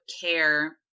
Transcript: care